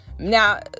Now